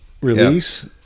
release